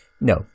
No